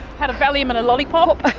had a valium and a lollipop.